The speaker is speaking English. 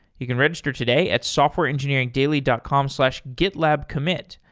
you can register today at softwareengineeringdaily dot com slash gitlabcommit.